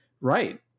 Right